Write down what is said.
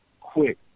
quick